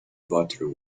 butter